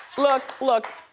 look, look.